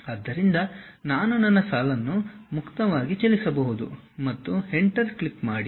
ಆದ್ದರಿಂದ ನಾನು ನನ್ನ ಸಾಲನ್ನು ಮುಕ್ತವಾಗಿ ಚಲಿಸಬಹುದು ಮತ್ತು ಎಂಟರ್ ಕ್ಲಿಕ್ ಮಾಡಿ